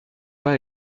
pas